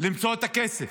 למצוא את הכסף.